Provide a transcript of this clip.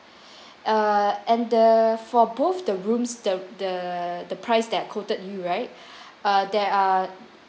uh and the for both the rooms the the the price that I quoted you right err there are